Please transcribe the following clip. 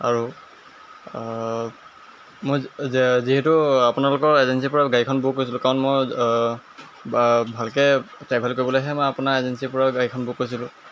আৰু মই যিহেতু আপোনালোকৰ এজেঞ্চিৰ পৰা গাড়ীখন বুক কৰিছিলোঁ কাৰণ মই ভালকৈ ট্ৰেভেল কৰিবলৈহে মই আপোনাৰ এজেঞ্চিৰ পৰা গাড়ীখন বুক কৰিছিলোঁ